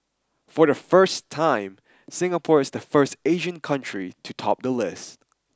for the first time Singapore is the first Asian country to top the list